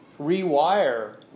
rewire